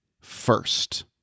first